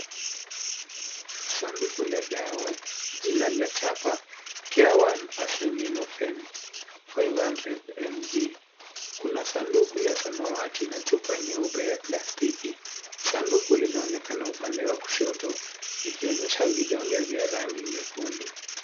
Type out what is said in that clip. Sanduku la dawa, jina la chapa careone Acetaminophen 500mg . Kuna sanduku la samawati na chupa nyeupe ya plastiki. Sanduku linaonekana upande wa kushoto, likionyesha vidonge vya rangi nyekundu.